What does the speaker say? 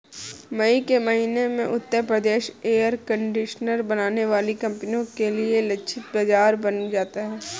मई के महीने में उत्तर प्रदेश एयर कंडीशनर बनाने वाली कंपनियों के लिए लक्षित बाजार बन जाता है